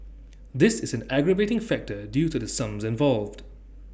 this is an aggravating factor due to the sums involved